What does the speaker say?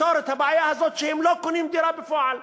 לפתור את הבעיה הזאת, שהם לא קונים דירה בפועל.